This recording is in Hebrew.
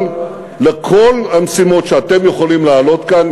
אבל לכל המשימות שאתם יכולים להעלות כאן,